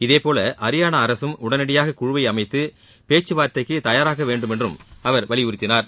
இதேபோல ஹரியானா அரசம் உடனடியாக குழுவை அமைத்து பேச்சுவார்த்தைக்கு தயாராக வேண்டும் என்றும் அவர் வலியுறுத்தினார்